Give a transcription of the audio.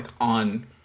on